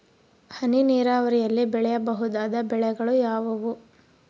ಹನಿ ನೇರಾವರಿಯಲ್ಲಿ ಬೆಳೆಯಬಹುದಾದ ಬೆಳೆಗಳು ಯಾವುವು?